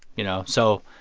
you know. so,